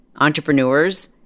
entrepreneurs